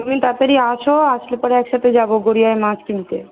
তুমি তাড়াতাড়ি আসো আসলে পরে একসাথে যাবো গড়িয়ায় মাছ কিনতে